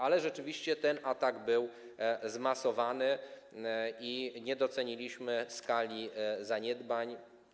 Ale rzeczywiście ten atak był zmasowany i nie doceniliśmy skali zaniedbań.